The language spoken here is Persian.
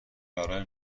برای